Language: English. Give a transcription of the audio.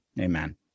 Amen